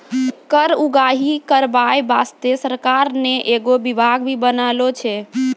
कर उगाही करबाय बासतें सरकार ने एगो बिभाग भी बनालो छै